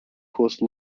course